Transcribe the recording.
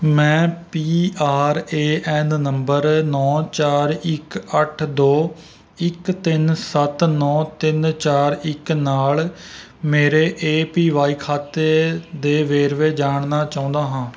ਮੈਂ P R A N number ਨੌ ਚਾਰ ਇੱਕ ਅੱਠ ਦੋ ਇੱਕ ਤਿੰਨ ਸੱਤ ਨੌ ਤਿੰਨ ਚਾਰ ਇੱਕ ਨਾਲ ਮੇਰੇ ਏ ਪੀ ਵਾਈ ਖਾਤੇ ਦੇ ਵੇਰਵੇ ਜਾਣਨਾ ਚਾਹੁੰਦਾ ਹਾਂ